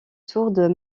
sourdes